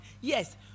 Yes